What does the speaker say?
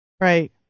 Right